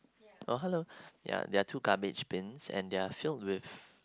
oh hello ya there are two garbage bins and they are filled with